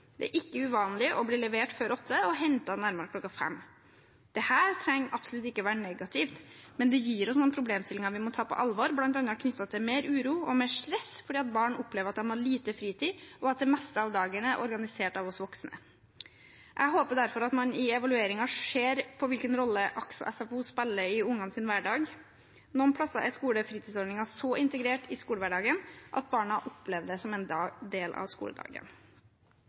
Det er ikke uvanlig å bli levert før kl. 08 og bli hentet nærmere kl. 17. Dette trenger absolutt ikke å være negativt, men det gir oss noen problemstillinger vi må ta på alvor, bl.a. knyttet til mer uro og mer stress fordi barn opplever at de har lite fritid, og at det meste av dagen er organisert av oss voksne. Jeg håper derfor at man i evalueringen ser på hvilken rolle AKS og SFO spiller i barnas hverdag. Noen steder er skolefritidsordningen så integrert i skolehverdagen at barna opplever det som en del av skoledagen.